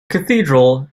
cathedral